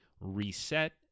reset